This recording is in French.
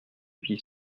vie